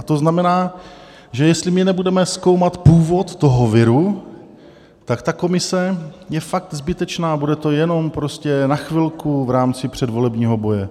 A to znamená, že jestli my nebudeme zkoumat původ toho viru, tak ta komise je fakt zbytečná, bude to jenom prostě na chvilku v rámci předvolebního boje.